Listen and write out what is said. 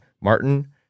Martin